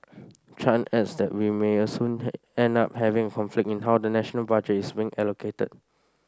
Chan adds that we may also end up having a conflict in how the national budgets being allocated